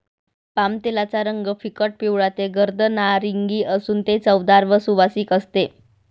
पामतेलाचा रंग फिकट पिवळा ते गर्द नारिंगी असून ते चवदार व सुवासिक असते